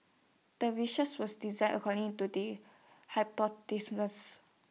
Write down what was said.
the research was designed according to the